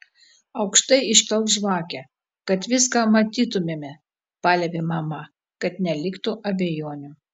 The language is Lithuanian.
aukštai iškelk žvakę kad viską matytumėme paliepė mama kad neliktų abejonių